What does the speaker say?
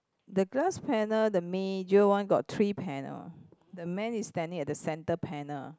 the glass panel the major one got three panel the man is standing at the centre panel